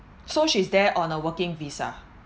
so she's there on a working visa